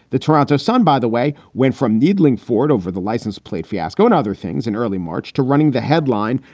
the toronto sun, by the way, went from needling ford over the license plate fiasco and other things in early march to running the headline,